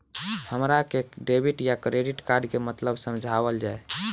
हमरा के डेबिट या क्रेडिट कार्ड के मतलब समझावल जाय?